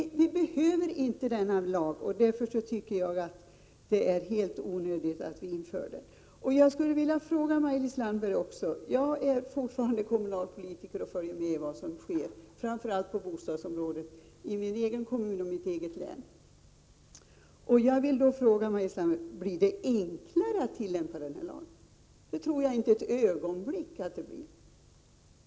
Vi behöver inte denna lag, och därför tycker jag att det är helt onödigt att införa den. Jag är fortfarande kommunalpolitiker och följer med vad som sker, framför allt på bostadsområdet i min egen kommun och mitt eget län, och jag skulle vilja fråga Maj-Lis Landberg: Blir det enklare att tillämpa den här lagen? Det tror jag inte ett ögonblick att det blir.